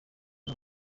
ubu